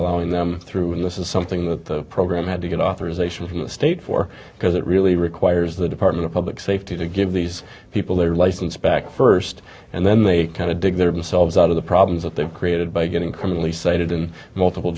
allowing them through and this is something that the program had to get authorization from the state for because it really requires the department of public safety to give these people their license back first and then they kind of dig themselves out of the problems that they've created by getting criminally cited in multiple